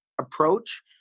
approach